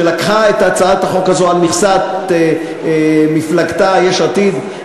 שלקחה את הצעת החוק הזאת על מכסת מפלגתה יש עתיד,